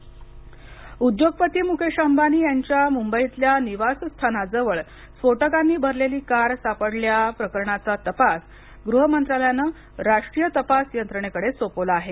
मुकेश अंबानी उद्योगपती मुकेश अंबानी यांच्या मुंबईतल्या निवासस्थानाजवळ स्फोटकांनी भरलेली कार सापडल्या प्रकरणाचा तपास गृह मंत्रालयाने राष्ट्रीय तपास यंत्रणेकडे सोपवला आहे